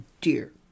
dear